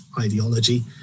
ideology